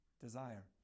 desire